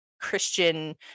Christian